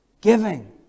Giving